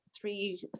three